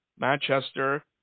Manchester